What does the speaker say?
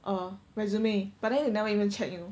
err resume but then they never even check you know